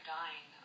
dying